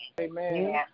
Amen